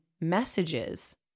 messages